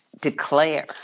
declare